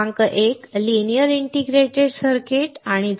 क्रमांक एक linear integrated circuits आहे